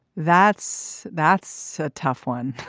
that's that's a tough one